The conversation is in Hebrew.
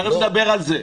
תיכף נדבר על זה.